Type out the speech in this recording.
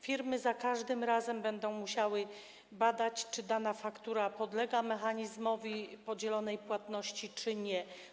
Firmy za każdym razem będą musiały badać, czy dana faktura podlega mechanizmowi podzielonej płatności, czy nie.